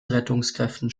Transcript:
rettungskräften